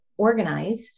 organized